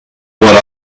what